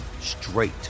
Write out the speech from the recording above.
straight